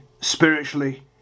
spiritually